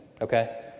Okay